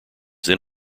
then